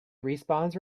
respawns